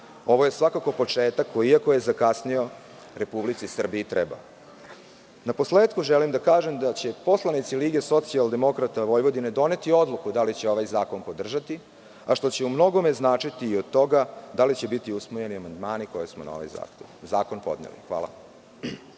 ovo je svakako početak koji iako je zakasneo Republici Srbiji treba. Naposletku želim da kažem da će poslanici LSV doneti odluku da li će ovaj zakon podržati, a što će umnogome zavisiti od toga da li će biti usvojeni amandmani koje smo na ovaj zakon podneli. Hvala.